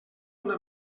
una